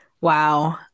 Wow